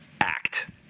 act